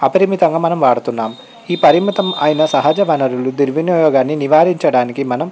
అపరిమితంగా మనం వాడుతున్నాం ఈ పరిమితమైన సహజ వనరుల్లో దుర్వినియానికి నివారించడానికి మనం